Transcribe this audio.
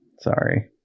Sorry